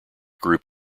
group